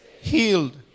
healed